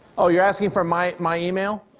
ah you're asking for my my email?